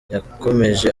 yakomeje